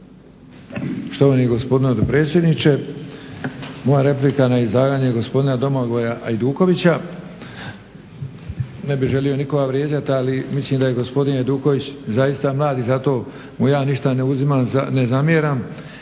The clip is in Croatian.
Štovani gospodine predsjedniče. Moja replika na izlaganje gospodina Domagoja Hajdukovića ne bih želio nikoga vrijeđati ali mislim daje gospodin Hajduković zaista mlad i zato mu ja ništa ne zamjeram